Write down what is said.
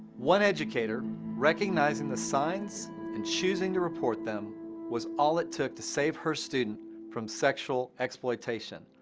one educator recognizing the signs and choosing to report them was all it took to save her student from sexual exploitation.